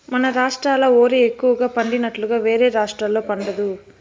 మన రాష్ట్రాల ఓరి ఎక్కువగా పండినట్లుగా వేరే రాష్టాల్లో పండదు